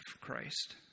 Christ